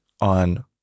on